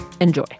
Enjoy